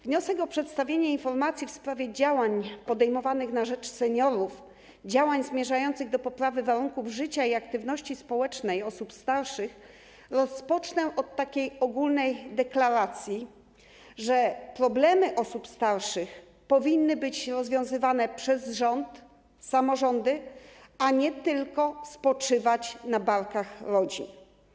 Wniosek o przedstawienie informacji w sprawie działań podejmowanych na rzecz seniorów, a w szczególności zmierzających do poprawy warunków życia i aktywności społecznej osób starszych, rozpocznę od takiej ogólnej deklaracji, że problemy osób starszych powinny być rozwiązywane przez rząd, samorządy, a nie tylko spoczywać na barkach rodzin.